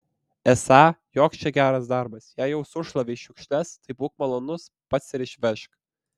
esą joks čia geras darbas jei jau sušlavei šiukšles tai būk malonus pats ir išvežk